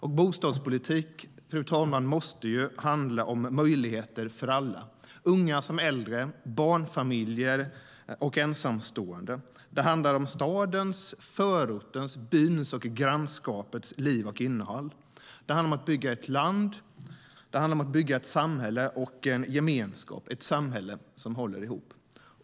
Och bostadspolitik måste handla om möjligheter för alla - såväl unga som äldre, barnfamiljer som ensamstående. Det handlar om stadens, förortens, byns och grannskapets liv och innehåll. Det handlar om att bygga ett land, ett samhälle och en gemenskap, ett samhälle som håller ihop.